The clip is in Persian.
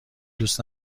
دوست